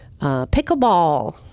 Pickleball